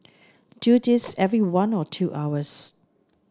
do this every one or two hours